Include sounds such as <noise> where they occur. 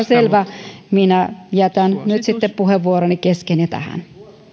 <unintelligible> selvä minä jätän nyt sitten puheenvuoroni kesken ja tähän